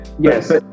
Yes